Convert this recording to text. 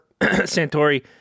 Santori